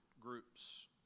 groups